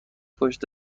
پشت